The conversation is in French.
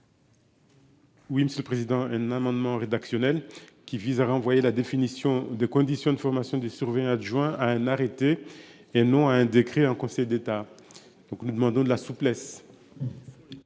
Wim ce président un amendement rédactionnel qui vise à renvoyer la définition de conditions de formation des survient adjoint à un arrêté et non à un décret en Conseil d'État. Donc nous demandons de la souplesse.